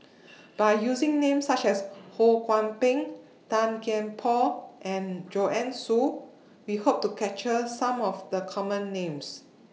By using Names such as Ho Kwon Ping Tan Kian Por and Joanne Soo We Hope to capture Some of The Common Names